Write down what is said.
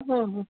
ಹ್ಞೂ ಹ್ಞೂ